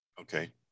okay